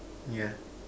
yeah